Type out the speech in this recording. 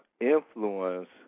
influence